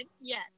yes